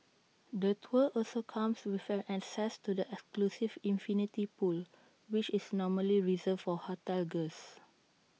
the tour also comes with an access to the exclusive infinity pool which is normally reserved for hotel guests